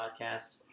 Podcast